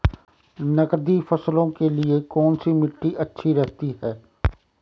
नकदी फसलों के लिए कौन सी मिट्टी अच्छी रहती है?